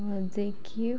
म्हणजे की